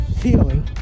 feeling